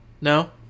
No